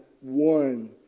one